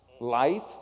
Life